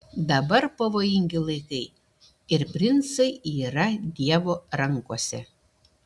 dabar pavojingi laikai ir princai yra dievo rankose